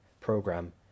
program